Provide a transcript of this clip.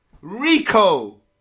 Rico